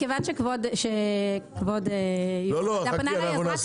מכיוון שכבוד יושב הראש פנה אליי,